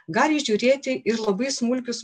gali įžiūrėti ir labai smulkius